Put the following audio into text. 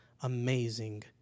amazing